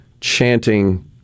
chanting